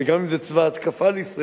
וגם אם זה התקפה לישראל,